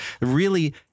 Really-